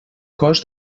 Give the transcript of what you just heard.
cost